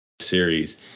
series